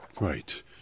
Right